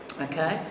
okay